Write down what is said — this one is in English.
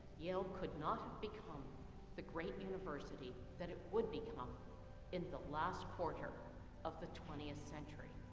yale could not have become the great university that it would become um in the last quarter of the twentieth century.